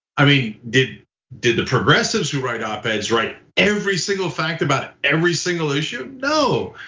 i mean, did did the progressives who write op-ed write every single fact about every single issue? no,